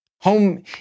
Home